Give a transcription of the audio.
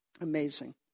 Amazing